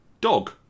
Dog